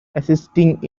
assisting